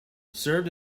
served